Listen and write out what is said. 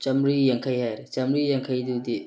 ꯆꯥꯝꯔꯤ ꯌꯥꯡꯈꯩ ꯍꯥꯏꯔꯦ ꯆꯥꯝꯔꯤ ꯌꯥꯡꯈꯩꯗꯨꯗꯤ